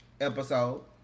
episode